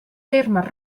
termes